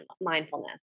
mindfulness